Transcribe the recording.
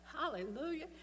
Hallelujah